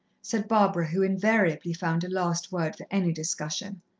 said barbara, who invariably found a last word for any discussion,